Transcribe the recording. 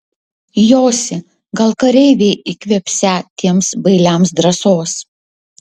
josi gal kareiviai įkvėpsią tiems bailiams drąsos